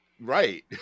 Right